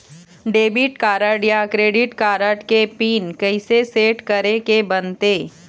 Debit card या credit card के pin कइसे सेट करे के बनते?